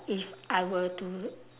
if I were to